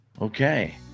Okay